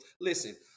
listen